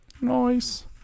Nice